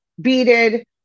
beaded